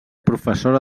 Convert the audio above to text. professora